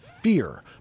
fear